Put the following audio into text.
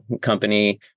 company